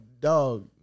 dog